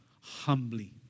humbly